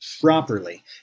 properly